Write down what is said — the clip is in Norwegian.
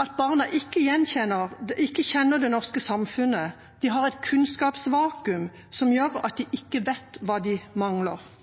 at barna ikke kjenner det norske samfunnet. De har et kunnskapsvakuum som gjør at de ikke vet hva de mangler.